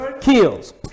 Kills